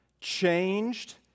changed